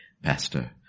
Pastor